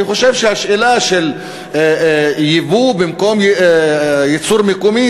אני חושב שהשאלה של יבוא במקום ייצור מקומי